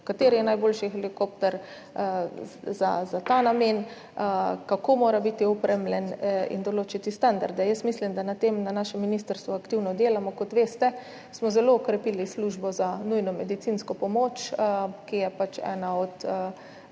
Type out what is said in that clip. kateri je najboljši helikopter za ta namen, kako mora biti opremljen, in določiti standarde. Mislim, da na tem na našem ministrstvu aktivno delamo. Kot veste, smo zelo okrepili Službo za nujno medicinsko pomoč, ki je ena od